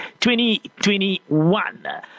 2021